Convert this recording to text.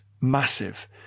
massive